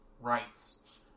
rights